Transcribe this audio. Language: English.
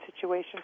situation